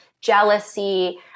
jealousy